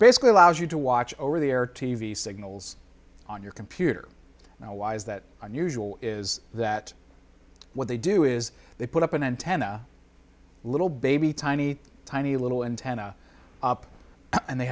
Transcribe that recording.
basically allows you to watch over the air t v signals on your computer now why is that unusual is that what they do is they put up an antenna little baby tiny tiny little antenna up and they